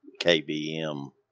KBM